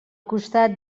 costat